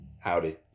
Howdy